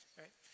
right